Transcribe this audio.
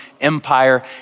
Empire